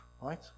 right